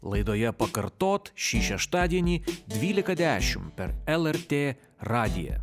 laidoje pakartot šį šeštadienį dvylika dešimt per lrt radiją